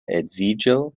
edziĝo